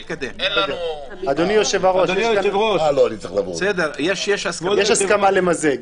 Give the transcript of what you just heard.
אדוני היושב-ראש, יש הסכמה למזג.